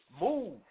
move